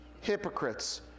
Hypocrites